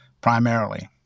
primarily